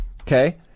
okay